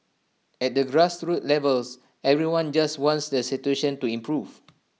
at the grassroots levels everyone just wants the situation to improve